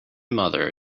mother